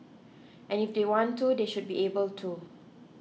and if they want to they should be able to